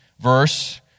verse